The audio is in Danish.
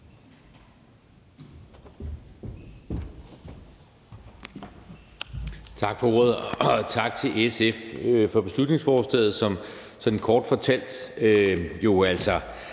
Tak for ordet, og tak til SF for beslutningsforslaget, som sådan kort fortalt